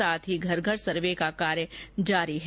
साथ ही घर घर सर्वे का कार्य जारी है